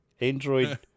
Android